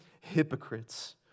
hypocrites